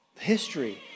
History